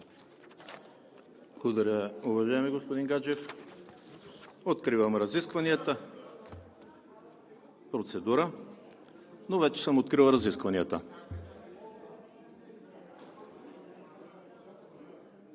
Благодаря, уважаеми господин Гаджев. Откривам разискванията. Процедура? Но вече съм открил разискванията.